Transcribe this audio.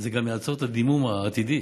זה גם יעצור את הדימום העתידי.